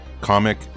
comic